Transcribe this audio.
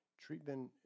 Treatment